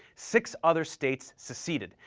six other states seceded,